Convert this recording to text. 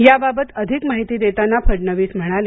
या बाबत अधिक माहिती देताना फडणवीस म्हणाले